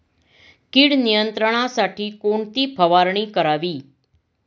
कीड नियंत्रणासाठी कोणती फवारणी करावी?